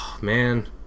man